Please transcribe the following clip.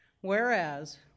Whereas